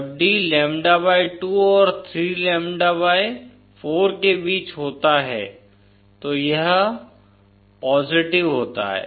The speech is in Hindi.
जब d लैम्ब्डा 2 और 3 लैम्ब्डा 4 के बीच होता है तो यह पॉजिटिव होता है